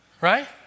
right